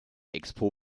expo